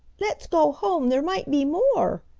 let's go home there might be more,